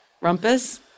Rumpus